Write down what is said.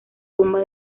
tumba